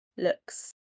looks